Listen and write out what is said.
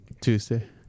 Tuesday